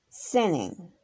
Sinning